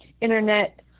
internet